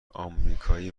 آمریکایی